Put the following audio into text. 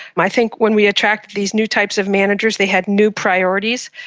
i think when we attracted these new types of managers they had new priorities,